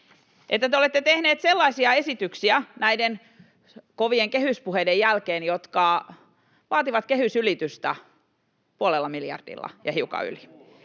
että te olette tehneet näiden kovien kehyspuheiden jälkeen sellaisia esityksiä, jotka vaativat kehysylitystä puolella miljardilla ja hiukan yli?